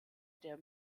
der